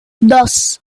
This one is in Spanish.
dos